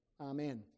Amen